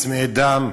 צמאי דם,